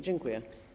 Dziękuję.